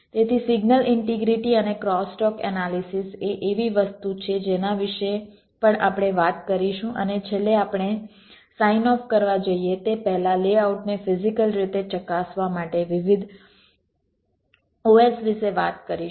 તેથી signal integrity અને crosstalk analysis એ એવી વસ્તુ છે જેના વિશે પણ આપણે વાત કરીશું અને છેલ્લે આપણે સાઇન ઓફ કરવા જઈએ તે પહેલાં લેઆઉટને ફિઝીકલ રીતે ચકાસવા માટે વિવિધ OS વિશે વાત કરીશું